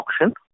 auction